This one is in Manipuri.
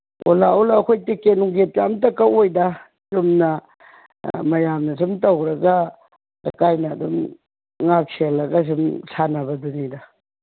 ꯑꯣ ꯂꯥꯛꯑꯣ ꯂꯥꯛꯑꯣ ꯑꯩꯈꯣꯏ ꯇꯤꯀꯦꯠ ꯅꯨꯡꯀꯦꯠꯀ ꯑꯝꯇ ꯀꯛꯑꯣꯏꯗ ꯆꯨꯝꯅ ꯃꯌꯥꯝꯅ ꯁꯨꯝ ꯇꯧꯔꯒ ꯂꯩꯀꯥꯏꯅ ꯑꯗꯨꯝ ꯉꯥꯛ ꯁꯦꯜꯂꯒ ꯁꯨꯝ ꯁꯥꯟꯅꯕꯗꯨꯅꯤꯗ